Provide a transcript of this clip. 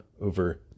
over